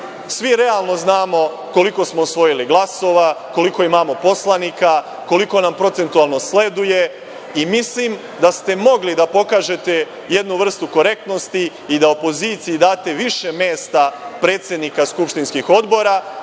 Svi realno znamo koliko smo osvojili glasova, koliko imamo poslanika, koliko nam procentualno sleduje. Mislim da ste mogli da pokažete jednu vrstu korektnosti i da opoziciji date više mesta predsednika skupštinskih odbora